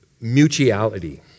mutuality